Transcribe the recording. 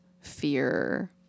fear